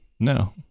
No